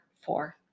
four